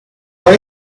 why